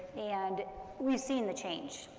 and we've seen the change,